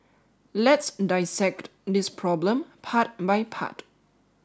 let's dissect this problem part by part